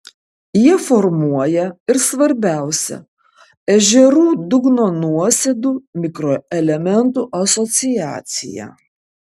jie formuoja ir svarbiausią ežerų dugno nuosėdų mikroelementų asociaciją